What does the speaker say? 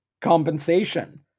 Compensation